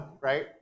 right